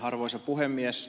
arvoisa puhemies